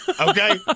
Okay